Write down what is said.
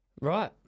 Right